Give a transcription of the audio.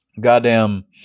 Goddamn